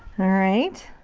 alright.